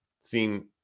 seen